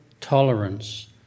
tolerance